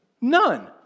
None